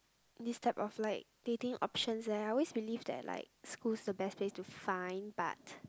this type of like dating options that I always believe that like school's the best way to find but